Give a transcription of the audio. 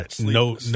no